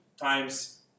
times